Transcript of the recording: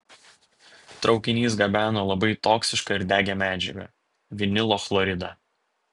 traukinys gabeno labai toksišką ir degią medžiagą vinilo chloridą